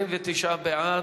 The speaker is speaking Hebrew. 29 בעד.